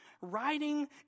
writing